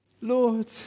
Lord